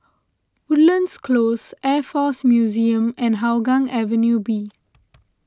Woodlands Close Air force Museum and Hougang Avenue B